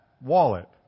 wallet